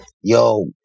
yo